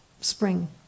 spring